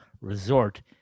Resort